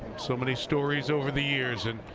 so many stories over the years. and